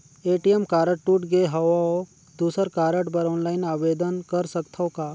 ATM card टूट गे हववं दुसर कारड बर ऑनलाइन आवेदन कर सकथव का?